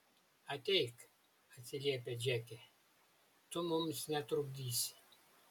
ateik atsiliepia džeke tu mums netrukdysi